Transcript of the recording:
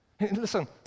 listen